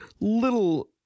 little